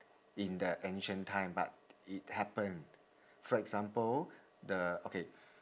in the ancient time but it happened for example the okay